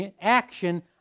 action